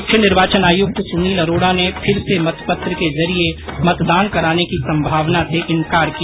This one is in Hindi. मुख्य निर्वाचन आयुक्त सुनील अरोड़ा ने फिर से मतपत्र के जरिए मतदान कराने की सम्भावना से इंकार किया